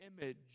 image